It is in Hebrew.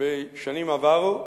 בשנים עברו,